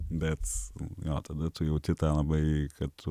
bet gal tada tu jauti tą labai kad tu